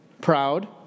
proud